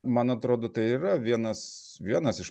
man atrodo tai yra vienas vienas iš